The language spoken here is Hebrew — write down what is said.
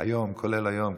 כולל היום,